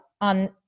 on